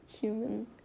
human